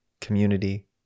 community